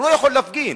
הוא לא יכול להפגין,